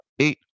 eight